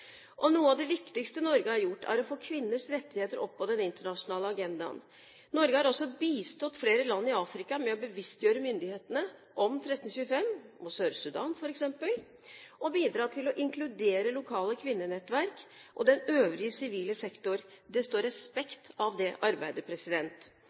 Og noe av det viktigste Norge har gjort, er å få kvinners rettigheter opp på den internasjonale agendaen. Norge har også bistått flere land i Afrika med å bevisstgjøre myndighetene om 1325, som i Sør-Sudan f.eks., og bidratt til å inkludere lokale kvinnenettverk og den øvrige sivile sektor. Det står